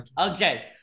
okay